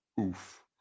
oof